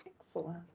Excellent